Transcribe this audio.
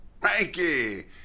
Frankie